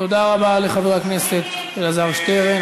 תודה רבה לחבר הכנסת אלעזר שטרן.